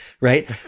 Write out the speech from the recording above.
right